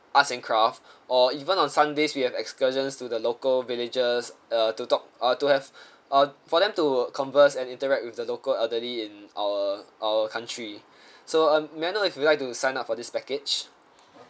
arts and craft or even on sunday's we have excursions to the local villages uh to talk uh to have uh for them to converse and interact with the local elderly in our our country so um may I know if you like to sign up for this package